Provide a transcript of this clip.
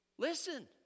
Listen